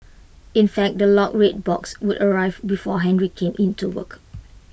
in fact the locked red box would arrive before Henry came in to work